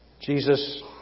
Jesus